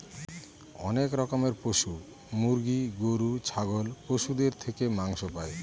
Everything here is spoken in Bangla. অনেক রকমের পশু মুরগি, গরু, ছাগল পশুদের থেকে মাংস পাই